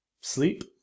Sleep